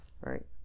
right